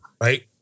right